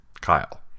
Kyle